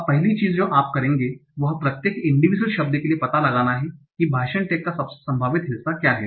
अब पहली चीज जो आप करेंगे वह प्रत्येक इंडिविजुवल शब्द के लिए पता लगाना है भाषण टैग का सबसे संभावित हिस्सा क्या है